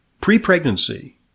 pre-pregnancy